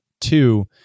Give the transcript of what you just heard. two